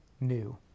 new